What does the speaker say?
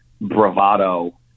bravado